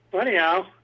anyhow